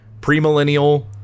premillennial